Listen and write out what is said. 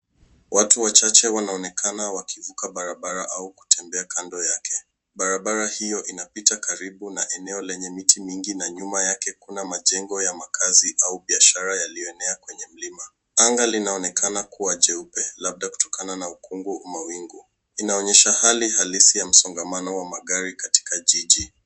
Watu wachache wanaonekana wakivuka barabara au kutembea kando yake. Barabara hiyo inapita karibu na eneo lenye miti mingi, na nyuma yake kuna majengo ya makazi au biashara yalioyoenea kwenye mlima. Anga linaoekana kuwa jeupe, labda kutokana na ukungu na mawingu. Inaonyesha hali halisi ya msongamano wa magari katika jiji.